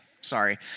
sorry